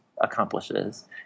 accomplishes